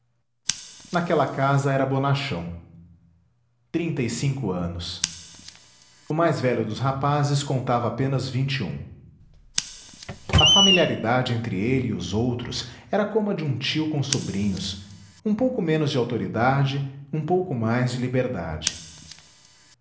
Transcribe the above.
naquela casa era bonachão trinta e cinco anos o mais velho dos rapazes contava apenas vinte e um a familiaridade entre ele e os outros era como a de um tio com sobrinhos um pouco menos de autoridade um pouco mais de liberdade